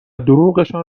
دروغشان